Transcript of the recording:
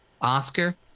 Oscar